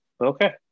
okay